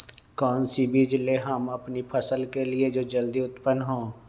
कौन सी बीज ले हम अपनी फसल के लिए जो जल्दी उत्पन हो?